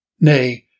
Nay